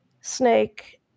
snake